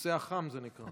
"הכיסא החם", זה נקרא.